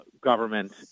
government